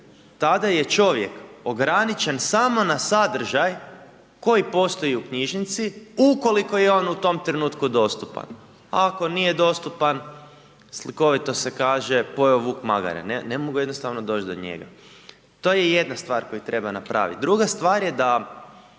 tada je čovjek ograničen samo na sadržaj koji postoji u knjižnici ukoliko je on u tom trenutku dostupan, a ako nije dostupan slikovito se kaže „pojeo vuk magare“ ne mogu jednostavno doći do njega. To je jedna stvar koju treba napraviti. Druga stvar je da